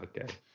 Okay